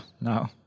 no